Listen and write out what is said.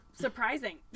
Surprising